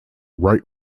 right